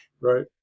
Right